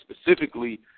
specifically